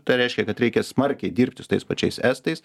tai reiškia kad reikia smarkiai dirbti su tais pačiais estais